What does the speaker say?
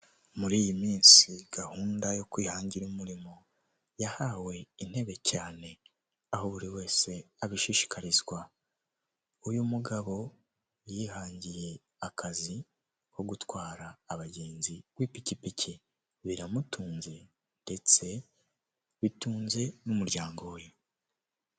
Muri iyi minsi gahunda yo kwihangira umurimo yahawe intebe cyane aho buri wese abishishikarizwa, uyu mugabo yihangiye akazi ko gutwara abagenzi ku ipikipiki, biramutunze ndetse bitunze n'umuryango we.